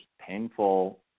painful